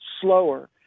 slower